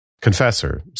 confessor